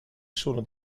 sono